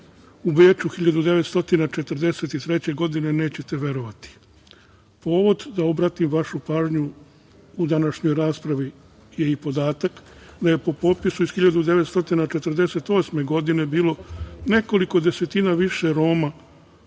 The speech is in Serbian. u Beču 1943. godine, nećete verovati. Povod da obratim vašu pažnju u današnjoj raspravi je i podatak da je po popisu iz 1948. godine bilo nekoliko desetina više Roma